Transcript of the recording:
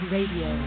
Radio